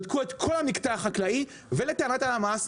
בדקו את כל המקטע החקלאי ולטענת הלמ"ס,